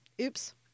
Oops